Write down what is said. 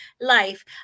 life